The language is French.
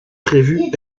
prévue